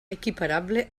equiparable